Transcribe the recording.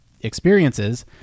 experiences